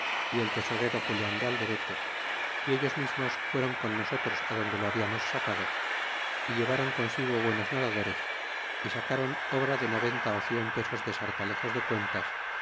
y el tesorero julian de alderete y ellos mismos fueron con nosotros adonde lo hablamos sacado y llevaron consigo buenos nadadores y sacaron obra de noventa ó cien pesos de sartalejos de cuentas